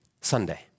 Sunday